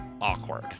Awkward